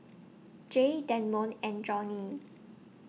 Jay Damond and Joni